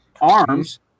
arms